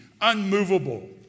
unmovable